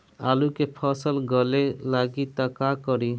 आलू के फ़सल गले लागी त का करी?